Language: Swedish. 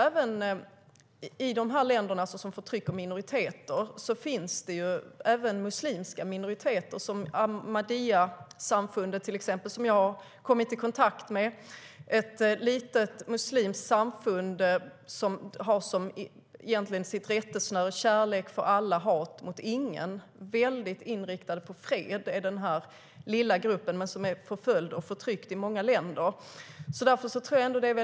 I dessa länder förtrycks även muslimska minoriteter. Det gäller till exempel Ahmadiyyasamfundet som jag har kommit i kontakt med. Det är ett litet muslimskt samfund vars rättesnöre är kärlek för alla, hat mot ingen. Denna lilla grupp är helt inriktad på fred, men den är förföljd och förtryckt i många länder.